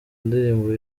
ndirimbo